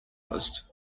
list